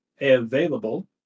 available